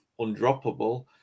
undroppable